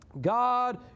God